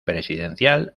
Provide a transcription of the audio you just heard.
presidencial